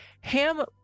Ham